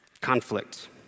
Conflict